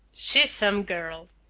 she's some girl,